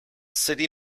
city